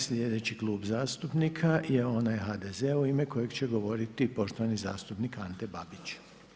Slijedeći Klub zastupnika je onaj HDZ-a u ime kojeg će govoriti poštovani zastupnik Ante Babić.